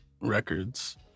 records